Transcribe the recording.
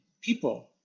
people